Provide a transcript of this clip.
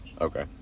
Okay